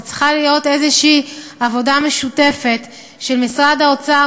זו צריכה להיות איזו עבודה משותפת של משרד האוצר,